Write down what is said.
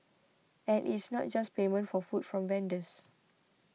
and it's not just payment for food from vendors